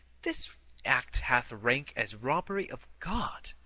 this act hath rank as robbery of god!